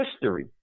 history